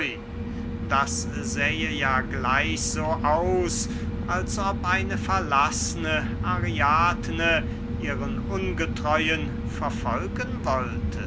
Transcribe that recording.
das sähe ja gleich so aus als ob eine verlaßne ariadne ihren ungetreuen verfolgen wollte